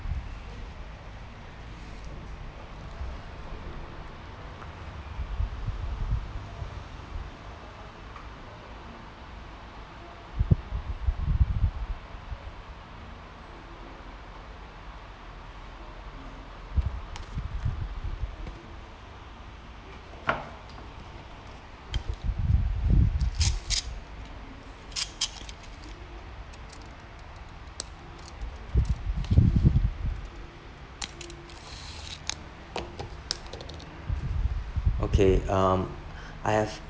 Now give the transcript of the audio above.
okay um I've